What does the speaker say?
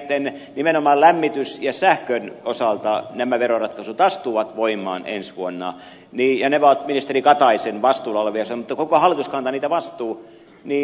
veroratkaisuihin nimenomaan lämmityksen ja sähkön osalta jotka astuvat voimaan ensi vuonna ja ne ovat ministeri kataisen vastuulla olevia asioita mutta koko hallitus kantaa niistä vastuun niin ed